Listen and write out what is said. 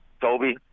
Toby